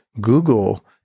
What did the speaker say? Google